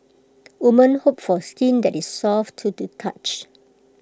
woman hope for skin that is soft to the touch